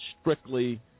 strictly